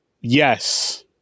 Yes